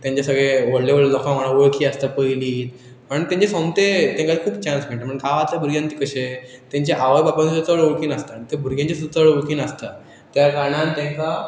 तेंचे सगळें व्हडले व्हडले लोकां वांगा वळखी आसता पयलीत पण तेंचे सोमतें तेंकां खूब चान्स मेळटा म्हण गांवातल्या भुरग्यांक तें कशें तेंचे आवय बापायन सुद्द चड वळखी नासता आनी ते भुरग्यांचे सुद्दा चड वळखी नासता त्या कारणान तेंकां